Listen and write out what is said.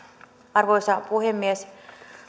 arvoisa puhemies